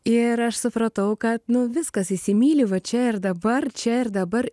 ir aš supratau kad nu viskas įsimyli va čia ir dabar čia ir dabar